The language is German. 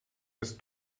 bis